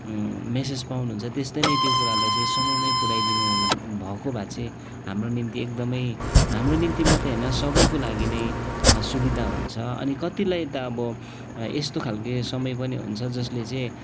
message पाउनुहुन्छ त्यस्तै नै त्यो कुरालई चाहिँ समयमै पुऱ्याइदिनु हुन् भएको भए चाहिँ हाम्रो निम्ति एकदमै हाम्रो निम्ति मात्रै होइन सबैको लागि नै सुविधा हुन्छ अनि कतिलाई त अब यस्तो खालको समय पनि हुन्छ जसले चाहिँ